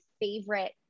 favorite